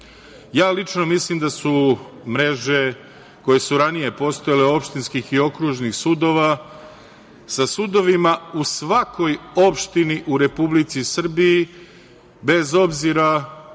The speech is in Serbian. lično mislim da su mreže koje su ranije postojale opštinskih i okružnih sudova sa sudovima u svakoj opštini u Republici Srbiji, bez obzira